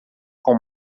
com